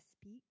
speak